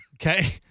Okay